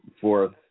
fourth